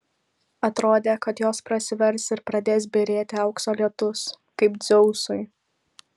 atrodė kad jos prasivers ir pradės byrėti aukso lietus kaip dzeusui